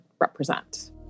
represent